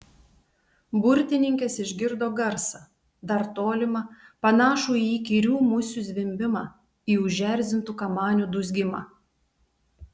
burtininkės išgirdo garsą dar tolimą panašų į įkyrių musių zvimbimą į užerzintų kamanių dūzgimą